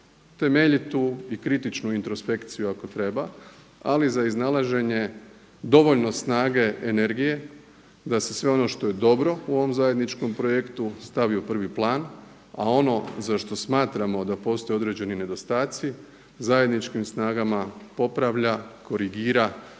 temeljitu i kritičnu introspekciju ako treba, li za iznalaženje dovoljno snage, energije da se sve ono što je dobro u ovom zajedničkom projektu stavi u prvi plan, a ono za što smatramo da postoji određeni nedostaci, zajedničkim snagama popravlja, korigira